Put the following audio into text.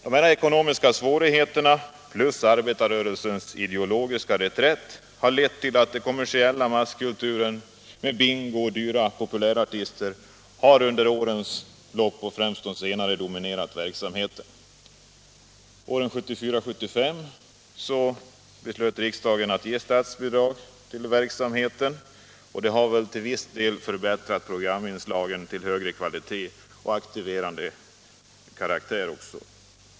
De ekonomiska svårigheterna plus arbetarrörelsens ideologiska reträtt ledde till att den kommersiella masskulturen med bingo och dyra populärartister under årens lopp har kommit att dominera verksamheten. Åren 1974 och 1975 beslöt riksdagen att ge statsbidrag till verksamheten, och det har till viss del förbättrat programinslagen så att de blivit av högre kvalitet och fått aktivierande karaktär.